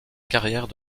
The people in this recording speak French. carrière